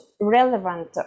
relevant